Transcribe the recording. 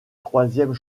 troisième